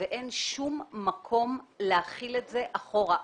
ואין שום מקום להחיל את זה אחורה.